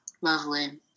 lovely